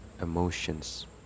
emotions